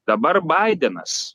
dabar baidenas